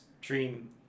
dream